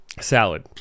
salad